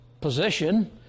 Position